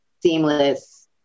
seamless